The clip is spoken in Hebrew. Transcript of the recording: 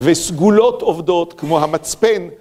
וסגולות עובדות כמו המצפן.